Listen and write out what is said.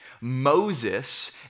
Moses